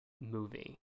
movie